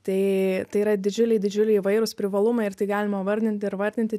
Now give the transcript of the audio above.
tai tai yra didžiuliai didžiuliai įvairūs privalumai ir tai galima vardinti ir vardinti